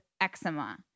eczema